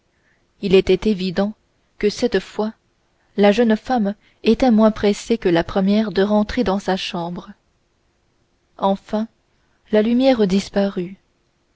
il était évident que cette fois la jeune femme était moins pressée que la première de rentrer dans sa chambre enfin la lumière disparut